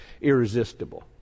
irresistible